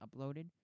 uploaded